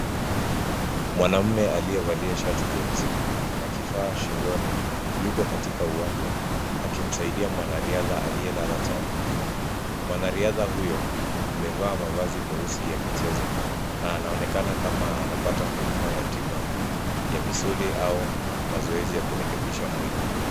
Mwanamume aliyevalia shati jeusi na kifaa shingoni yuko katika uwanja akimsaidia mwanariadha aliyelala chali. Mwanariadha huyo amevaa mavazi meusi ya michezo na anaonekana kama anapata huduma ya tiba ya misuli au mazoezi ya kurekebisha mwili.